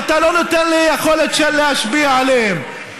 ואתה לא נותן לי יכולת להשפיע עליהם.